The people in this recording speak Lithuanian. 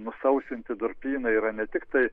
nusausinti durpynai yra ne tiktai